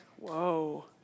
whoa